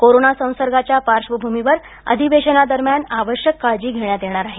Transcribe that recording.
corona संसर्गाच्या पार्श्वभूमीवर अधिवेशनादरम्यान आवश्यक काळजी घेण्यात येणार आहे